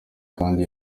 kandi